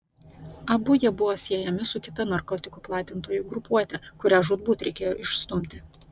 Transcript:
abu jie buvo siejami su kita narkotikų platintojų grupuote kurią žūtbūt reikėjo išstumti